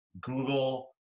Google